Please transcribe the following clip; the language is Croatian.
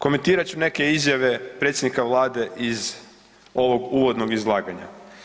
Komentirat ću neke izjave predsjednika Vlade iz ovog uvodnog izlaganja.